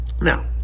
now